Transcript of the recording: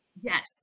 Yes